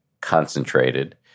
concentrated